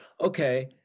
okay